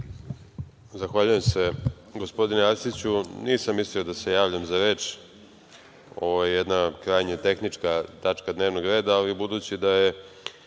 Zahvaljujem se, gospodine Arsiću. Nisam mislio da se javljam za reč. Ovo je jedna krajnje tehnička tačka dnevnog reda, budući da je